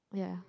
ya